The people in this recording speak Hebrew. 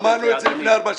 אמרנו את זה לפני ארבע שנים.